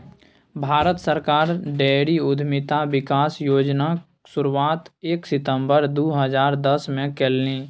भारत सरकार डेयरी उद्यमिता विकास योजनाक शुरुआत एक सितंबर दू हजार दसमे केलनि